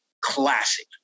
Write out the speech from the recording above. classic